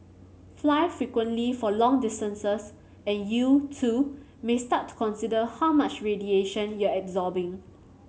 fly frequently for long distances and you too may start to consider how much radiation you're absorbing